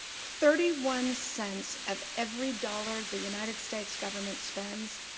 thirty one cents of every dollar the united states government spends,